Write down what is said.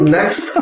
Next